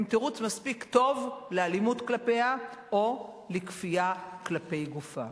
הם תירוץ מספיק טוב לאלימות כלפיה או לכפייה כלפי גופה.